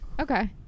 okay